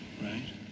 right